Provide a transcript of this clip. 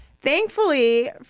Thankfully